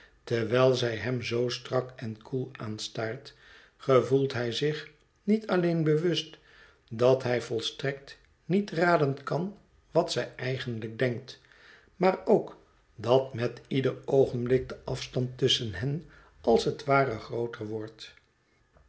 terwijl zij hem zoo strak en koel aanstaart gevoelt hij zich niet alleen bewust dat hij volstrekt niet raden kan wat zij eigenlijk denkt maar ook dat met ieder oogenblik de afstand tusschen hen als het ware grooter wordt